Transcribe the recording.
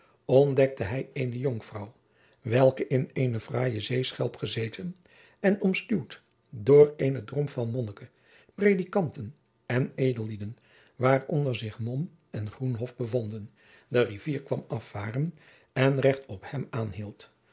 ontdekte hij eene jonkvrouw welke in eene fraaije zeeschelp gezeten en omstuwd door eenen drom van monniken predikanten en edellieden waaronder zich mom en groenhof bevonden de rivier kwam afvaren en recht op hem aanhield